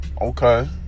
Okay